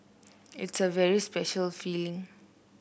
it's a very special feeling